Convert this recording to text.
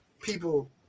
people